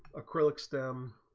acrylics them